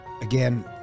Again